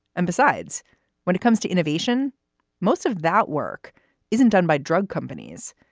and besides when it comes to innovation most of that work isn't done by drug companies.